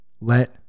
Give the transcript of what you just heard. let